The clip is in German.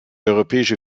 europäische